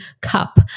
cup